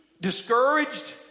discouraged